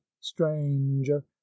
stranger